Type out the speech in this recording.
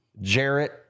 Jarrett